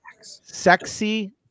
Sexy